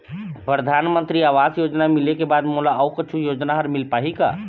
परधानमंतरी आवास योजना मिले के बाद मोला अऊ कुछू योजना हर मिल पाही का?